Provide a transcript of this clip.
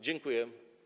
Dziękuję.